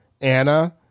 Anna